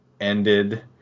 ended